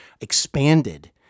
expanded